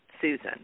Susan